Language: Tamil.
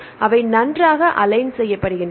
அவை நன்றாக அலைன் செய்யப்படுகின்றன